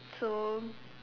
so